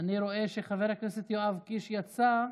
אני רואה שחבר הכנסת יואב קיש יצא.